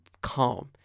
calm